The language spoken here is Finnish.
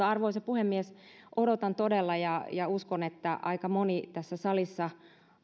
arvoisa puhemies odotan todella sitä ja uskon että aika moni tässä salissa